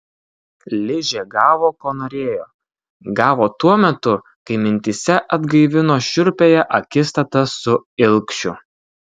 ližė gavo ko norėjo gavo tuo metu kai mintyse atgaivino šiurpiąją akistatą su ilgšiu